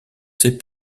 ses